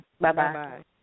Bye-bye